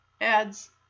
adds